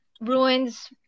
ruins